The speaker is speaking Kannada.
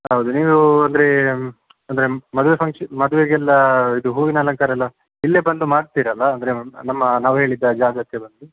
ಹೌದು ನೀವು ಅಂದರೆ ಅಂದರೆ ಮದುವೆ ಫನ್ಕ್ಷ ಮದುವೆಗೆಲ್ಲ ಇದು ಹೂವಿನ ಅಲಂಕಾರ ಎಲ್ಲ ಇಲ್ಲೇ ಬಂದು ಮಾಡ್ತೀರಲ್ಲ ಅಂದರೆ ನಮ್ ನಮ್ಮ ನಾವು ಹೇಳಿದ ಜಾಗಕ್ಕೆ ಬಂದು